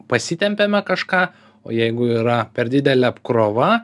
pasitempiame kažką o jeigu yra per didelė apkrova